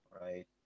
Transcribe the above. right